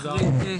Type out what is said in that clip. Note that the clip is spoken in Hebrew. ממשיכים.